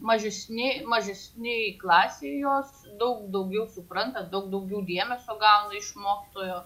mažesni mažesnėj klasėj jos daug daugiau supranta daug daugiau vienas o gal iš mokytojo